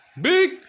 Big